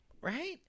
Right